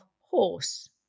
horse